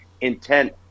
intent